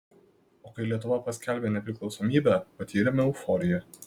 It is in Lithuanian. o kai lietuva paskelbė nepriklausomybę patyrėme euforiją